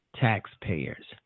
taxpayers